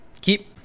keep